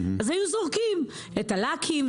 היינו זורקים את הלקים,